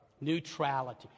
Neutrality